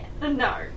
no